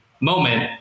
moment